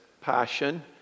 passion